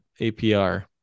APR